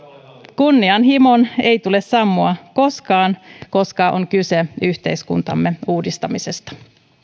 kunnianhimon ei tule sammua koskaan koska on kyse yhteiskuntamme uudistamisesta